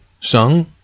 sung